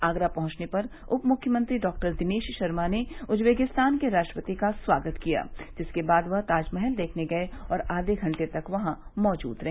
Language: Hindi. आगरा पहुंचने पर उपमुख्यमंत्री डॉक्टर दिनेश शर्मा ने उजवेकिस्तान के राष्ट्रपति का स्वागत किया जिसके बाद वह ताजमहल देखने गये और आवे घंटे तक वहां मौजूद रहे